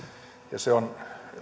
se on